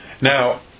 Now